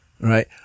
Right